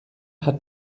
hat